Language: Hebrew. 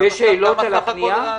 יש שאלות על הפנייה?